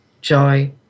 joy